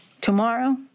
tomorrow